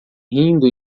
rindo